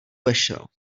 vešel